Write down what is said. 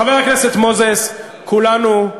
חבר הכנסת מוזס, כולנו,